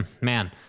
man